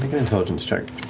intelligence check.